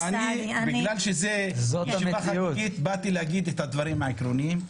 בגלל שזאת ישיבה חגיגית באתי להגיד את הדברים העקרוניים,